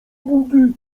budy